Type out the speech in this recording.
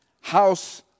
house